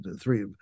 three